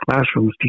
classrooms